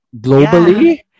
globally